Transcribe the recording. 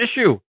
issue